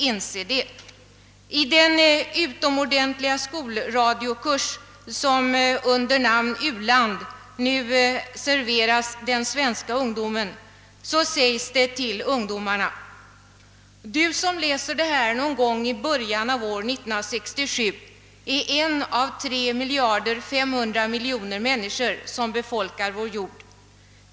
I den utomordentliga skolradiokurs som under namnet »U-land» nu serveras den svenska ungdomen sägs det till de unga: »Du som läser det här någon gång i början av år 1967 är en av 3 500 000 000 människor som befolkar vår jord.